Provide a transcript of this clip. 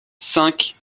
cinq